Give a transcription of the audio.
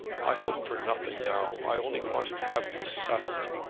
i hope for nothing now. i only want to have this settled,